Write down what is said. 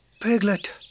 Piglet